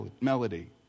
melody